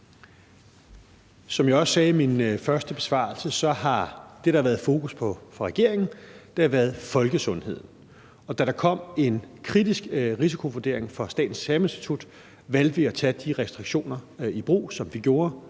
Som jeg også sagde i min første besvarelse, er det, der har været fokus på fra regeringens side, folkesundhed. Og da der kom en kritisk risikovurdering fra Statens Serum Institut, valgte vi at tage de restriktioner i brug, som vi gjorde,